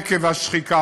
עקב השחיקה,